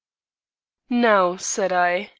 now, said i,